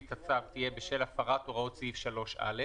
את הצו תהיה בשל הפרת הוראות סעיף 3(א),